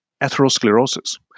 atherosclerosis